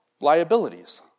liabilities